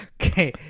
Okay